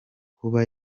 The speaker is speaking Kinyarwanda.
kuba